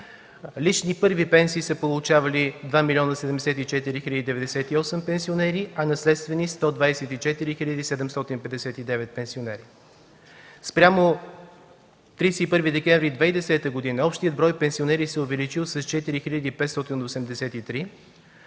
Лични първи пенсии са получавали 2 млн. 74 хил. 98 пенсионери, а наследствени – 124 хил. 759 пенсионери. Спрямо 31 декември 2010 г. общият брой пенсионери се е увеличил с 4 583.